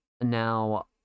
now